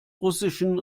russischen